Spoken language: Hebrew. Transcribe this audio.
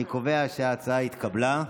אני קובע שההצעה התקבלה.